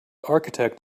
architect